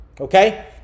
okay